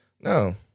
No